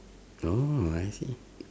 oh I see